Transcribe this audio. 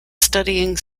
studying